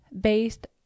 based